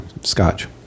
scotch